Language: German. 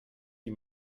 die